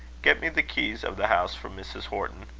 get me the keys of the house from mrs. horton.